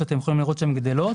שאתם יכולים לראות שהן גדלות,